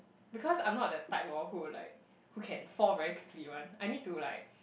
because I'm not the type hor who like who can fall very quickly one I need to like